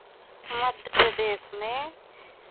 मध्य प्रदेश में